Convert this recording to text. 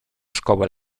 szkołę